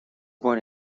born